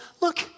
look